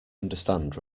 understand